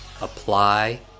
apply